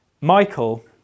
Michael